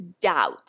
doubt